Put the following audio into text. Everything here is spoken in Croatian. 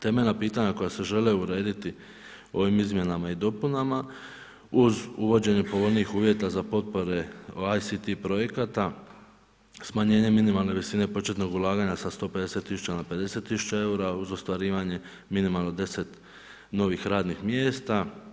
Temeljna pitanja koja se žele urediti ovim izmjenama i dopunama uz uvođenje povoljnijih uvjeta za potpore ACT projekata, smanjenje minimalne visine početnog ulaganja sa 150 tisuća na 50 tisuća eura uz ostvarivanje minimalno 10 novih radnih mjesta.